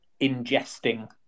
ingesting